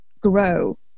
grow